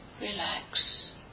relax